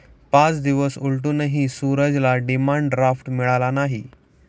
पाच दिवस उलटूनही सूरजला डिमांड ड्राफ्ट मिळाला नाही